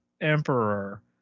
emperor